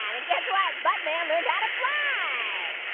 and and guess what? buttman learned how to fly.